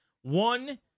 one